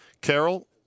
Carol